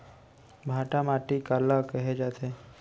भांटा माटी काला कहे जाथे?